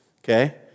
okay